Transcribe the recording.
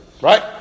right